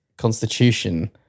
Constitution